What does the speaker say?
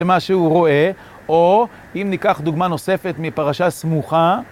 מה שהוא רואה, או אם ניקח דוגמה נוספת מפרשה סמוכה.